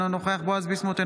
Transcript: אינו נוכח בועז ביסמוט,